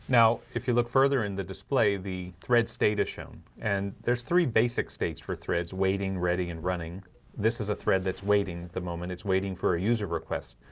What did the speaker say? now if you look further in the display the thread status shown and there's three basic states for threads waiting ready and running this is a thread that's waiting at the moment. it's waiting for a user request.